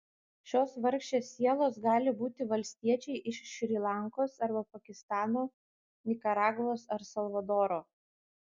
šios vargšės sielos gali būti valstiečiai iš šri lankos arba pakistano nikaragvos ar salvadoro